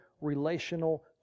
relational